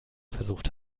versucht